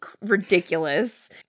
ridiculous